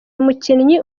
umukinnyi